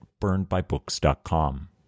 burnedbybooks.com